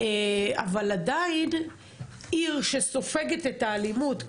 אבל עדיין עיר שסופגת את האלימות,